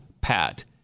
PAT